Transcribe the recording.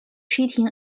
cheating